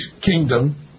kingdom